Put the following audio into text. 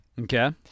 Okay